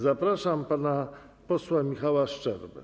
Zapraszam pana posła Michała Szczerbę.